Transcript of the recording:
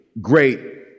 great